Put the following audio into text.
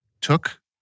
took